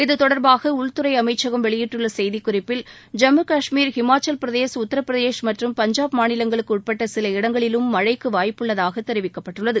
இதுதொடர்பாக உள்துறை அமைச்சகம் வெளியிட்டுள்ள கஷ்மீர் ஹிமாச்சவப்பிரதேஷ் உத்தரப்பிரதேஷ் மற்றும் பஞ்சாப் மாநிலங்களுக்கு உட்பட்ட சில இடங்களிலும் மழைக்கு வாய்ப்புள்ளதாக தெரிவிக்கப்பட்டுள்ளது